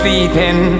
Sleeping